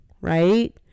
right